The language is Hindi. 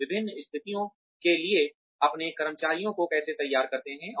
हम विभिन्न स्थितियों के लिए अपने कर्मचारियों को कैसे तैयार करते हैं